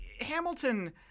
Hamilton